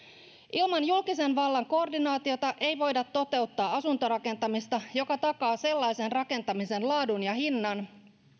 ilman julkisen vallan koordinaatiota ei voida toteuttaa asuntorakentamista joka takaa sellaisen rakentamisen laadun ja hinnan